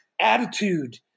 attitude